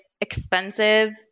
expensive